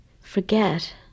forget